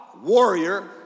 Warrior